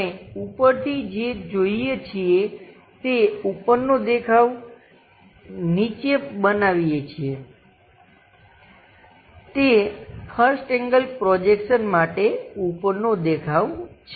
આપણે ઉપરથી જે જોઈએ છીએ તે ઉપરનો દેખાવ નીચે બનાવીએ છીએ તે 1st એંગલ પ્રોજેક્શન માટે ઉપરનો દેખાવ છે